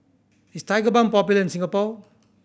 is Tigerbalm popular in Singapore